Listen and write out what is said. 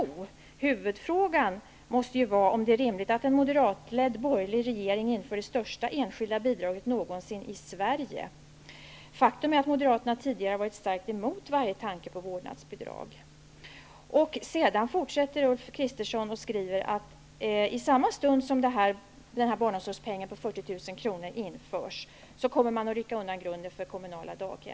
Han skriver vidare: ''Huvudfrågan måste ju vara om det är rimligt att en moderatledd borgerlig regering inför det största enskilda bidraget någonsin i Sverige. -- Faktum är att moderaterna tidigare har varit starkt emot varje tanke på vårdnadsbidrag.'' Han skriver också att i samma stund som denna barnomsorgspeng på 40 000 kr. införs, kommer man att rycka undan grunden för kommunala daghem.